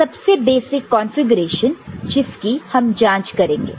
तो यह है सबसे बेसिक कॉन्फ़िगरेशन जिसकी हम जांच करेंगे